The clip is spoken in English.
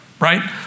Right